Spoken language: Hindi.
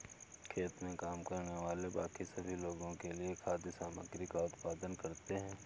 खेत में काम करने वाले बाकी सभी लोगों के लिए खाद्य सामग्री का उत्पादन करते हैं